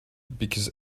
because